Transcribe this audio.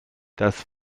das